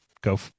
go